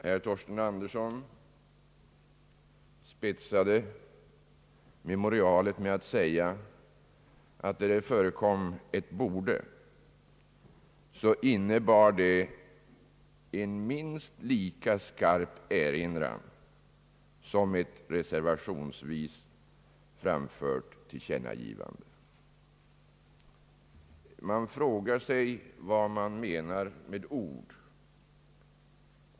Herr Torsten Andersson spetsade debatten med att säga att ett »borde» innebär en minst lika skarp erinran som ett reservationsvis framfört tillkännagivande. Vad menar man med ordet »borde»?